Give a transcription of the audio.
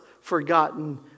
forgotten